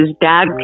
dad